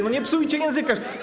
No nie psujcie języka.